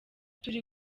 turi